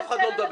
אף אחד לא מדבר.